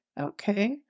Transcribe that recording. Okay